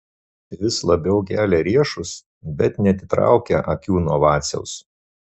vis labiau gelia riešus bet neatitraukia akių nuo vaciaus